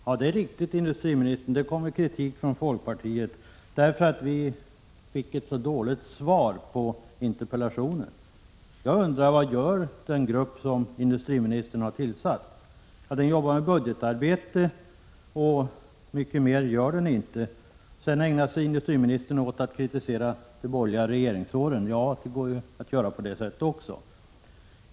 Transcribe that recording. Herr talman! Ja, industriministern, det är riktigt att det kommer kritik från oss i folkpartiet. Det gavs nämligen ett så dåligt svar på interpellationen. Jag undrar: Vad gör den grupp som industriministern har tillsatt? Den jobbar med budgetarbete, men så mycket mer har vi inte fått veta. Industriministern ägnar sig sedan åt att kritisera de borgerliga regeringsåren. Ja, det går att göra på det sättet också.